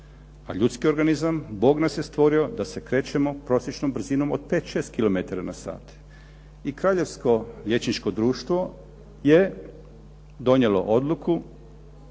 a ljudski organizam, Bog nas je stvorio, da se krećemo prosječnom brzinom od 5, 6 km na sat. I Kraljevsko liječničko društvo je donijelo odluku